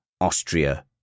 Austria